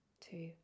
two